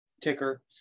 ticker